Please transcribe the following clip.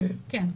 כן.